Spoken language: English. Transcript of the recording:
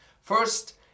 First